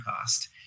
cost